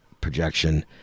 projection